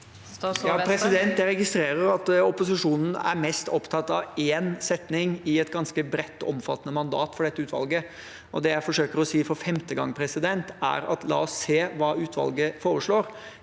Jeg regist- rerer at opposisjonen er mest opptatt av én setning i et ganske bredt og omfattende mandat for dette utvalget. Det jeg forsøker å si for femte gang, er: La oss se hva utvalget foreslår.